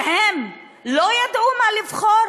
שהם לא ידעו מה לבחור